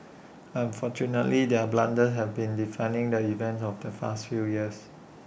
unfortunately their blunders have been did finding the event of the fast few years